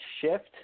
Shift